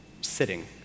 sitting